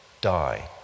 die